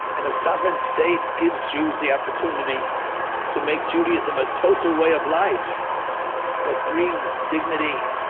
and a sovereign state gives you the opportunity to make judaism a total way of life that brings dignity